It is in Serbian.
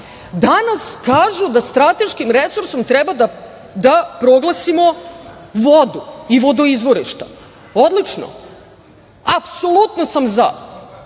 danas kažu da strateškim resursom treba da proglasimo vodu i vodoizvorišta? Odlično. Apsolutno sam za,